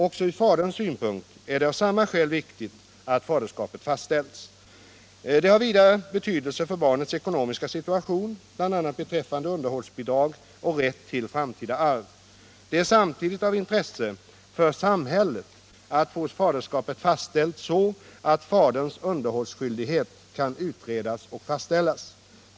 Också ur faderns synpunkt är det av samma skäl viktigt att få faderskapet fastställt. Det har vidare betydelse för barnets ekonomiska situation, bl.a. beträffande underhållsbidrag och rätt till framtida arv. Det är samtidigt av intresse för samhället att få faderskapet fastställt, så att faderns underhållsskyldighet kan utredas och fastställas.